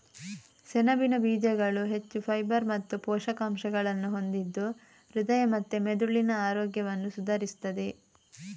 ಸೆಣಬಿನ ಬೀಜಗಳು ಹೆಚ್ಚು ಫೈಬರ್ ಮತ್ತು ಪೋಷಕಾಂಶಗಳನ್ನ ಹೊಂದಿದ್ದು ಹೃದಯ ಮತ್ತೆ ಮೆದುಳಿನ ಆರೋಗ್ಯವನ್ನ ಸುಧಾರಿಸ್ತದೆ